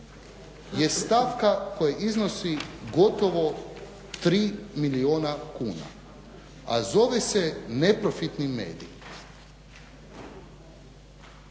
je stavka koja iznosi gotovo tri milijuna kuna a zove se neprofitni medije.